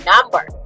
number